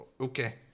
Okay